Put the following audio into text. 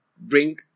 bring